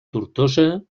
tortosa